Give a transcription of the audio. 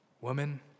woman